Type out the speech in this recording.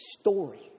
story